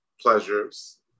Pleasures